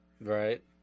right